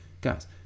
guys